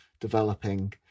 developing